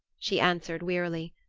she answered wearily.